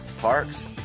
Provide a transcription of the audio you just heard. Parks